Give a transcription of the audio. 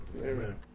Amen